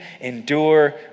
endure